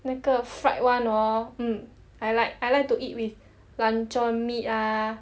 那个 fried [one] hor mm I like I like to eat with luncheon meat ah